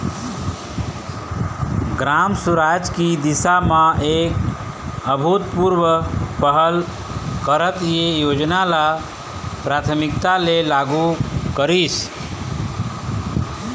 ग्राम सुराज की दिशा म एक अभूतपूर्व पहल करत ए योजना ल प्राथमिकता ले लागू करिस